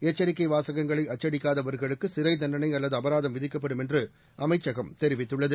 எச்சரிக்கை வாசகங்களை அச்சடிக்காதவர்களுக்கு சிறைத் தண்டனை அல்லது அபராதம் விதிக்கப்படும் என்று அமைச்சகம் தெரிவித்துள்ளது